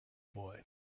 boy